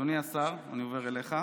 אדוני השר, אני עובר אליך,